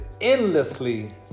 endlessly